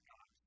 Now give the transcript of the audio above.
God